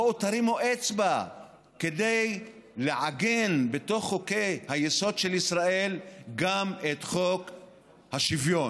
בואו תרימו אצבע כדי לעגן בתוך חוקי-היסוד של ישראל גם את חוק השוויון.